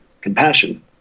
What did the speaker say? compassion